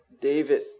David